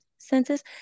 Census